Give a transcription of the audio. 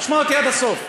תשמע אותי עד הסוף.